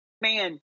man